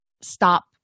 stop